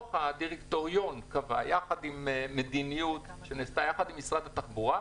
הדירקטוריון קבע את זה כחלק ממדיניות שנעשתה עם משרד התחבורה,